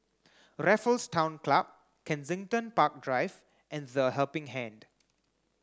Raffles Town Club Kensington Park Drive and The Helping Hand